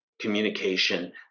communication